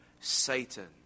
Satan